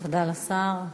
תודה לשר.